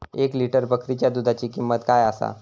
एक लिटर बकरीच्या दुधाची किंमत काय आसा?